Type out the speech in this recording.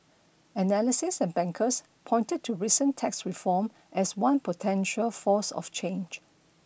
analysts and bankers pointed to recent tax reform as one potential force of change